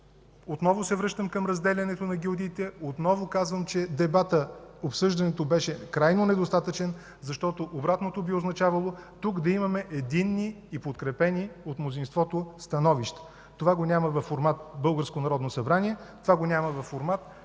Отново се връщам към разделянето на гилдиите. Отново казвам, че дебатът, обсъждането беше крайно недостатъчно, защото обратното би означавало тук да имаме единни и подкрепени от мнозинството становища. Това го няма във формат „Българско народно